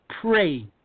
Pray